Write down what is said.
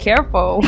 Careful